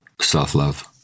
Self-love